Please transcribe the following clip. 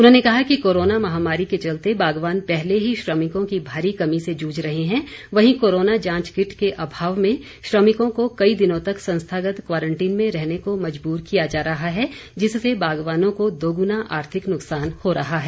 उन्होंने कहा कि कोरोना महामारी के चलते बागवान पहले ही श्रमिकों की भारी कमी से जूझ रहे हैं वहीं कोरोना जांच किट के अभाव में श्रमिकों को कई दिनों तक संस्थागत क्वारंटीन में रहने को मजबूर किया जा रहा है जिससे बागवानों को दोगुना आर्थिक नुकसान हो रहा है